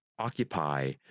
occupy